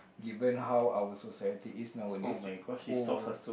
given how our society is nowadays who